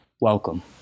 welcome